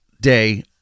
day